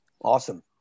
Awesome